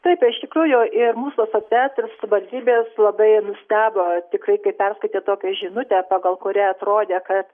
tai iš tikrųjų ir mūsų asociacijos ir savivaldybės labai nustebo tikrai kaip perskaitė tokią žinutę pagal kurią atrodė kad